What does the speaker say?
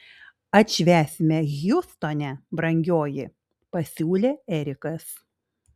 atšvęsime hjustone brangioji pasiūlė erikas